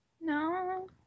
No